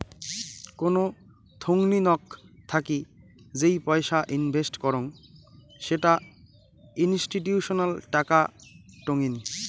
কোন থোংনি নক থাকি যেই পয়সা ইনভেস্ট করং সেটা ইনস্টিটিউশনাল টাকা টঙ্নি